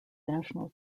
national